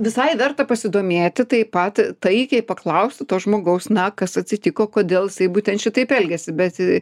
visai verta pasidomėti taip pat taikiai paklausti to žmogaus na kas atsitiko kodėl jisai būtent šitaip elgiasi bet